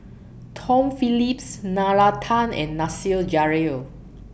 Tom Phillips Nalla Tan and Nasir Jalil